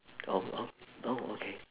oh oh oh okay